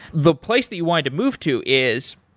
the place that you wanted to move to is,